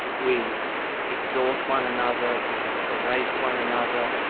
we exhort one another, we berate one another,